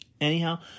Anyhow